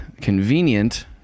convenient